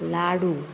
लाडू